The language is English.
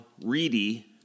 Reedy